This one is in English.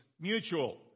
mutual